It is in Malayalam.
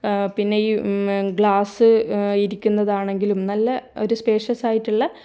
പിന്നെ ഗ്ലാസ് ഇരിക്കുന്നതാണെങ്കിലും നല്ല ഒരു സ്പേഷ്യസ് ആയിട്ടുള്ള